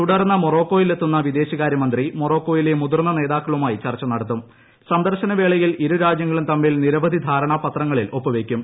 തുടർന്ന് മൊറോക്കോയിൽ എത്തുന്ന വിദേശകാര്യമന്ത്രി മൊറോക്കോയിലെ മുതിർന്ന നേതാക്കളുമായി ചർച്ച നടത്തും സന്ദർശന വേളയിൽ ഇരു രാജ്യങ്ങളും തമ്മിൽ നിരവധി ധാരണാ പത്രങ്ങളിൽ ഒപ്പു വയ്ക്കും